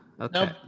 okay